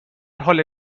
حال